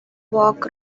walk